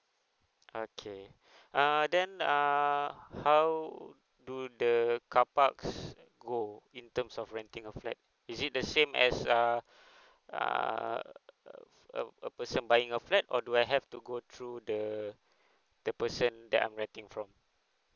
okay uh then err how do the carparks go in terms of renting a flat is it the same as uh err a a person buying a flat or do I have to go through the the person that I'm renting from